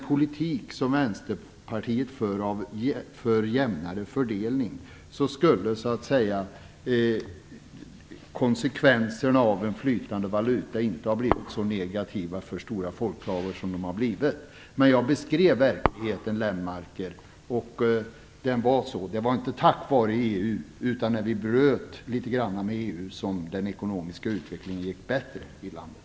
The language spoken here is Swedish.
Slutligen vill jag också säga att med den politik för jämnare fördelning som Vänsterpartiet vill föra skulle konsekvenserna av en flytande valuta inte ha blivit så negativa för stora folklager som de har blivit. Men jag beskrev verkligheten, Göran Lennmarker. Så var den. Det var inte tack vare EU utan när vi litet grand bröt med valutasamarbetet med EU som den ekonomiska utvecklingen i landet började gå bättre.